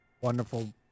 wonderful